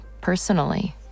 personally